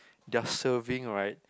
their serving right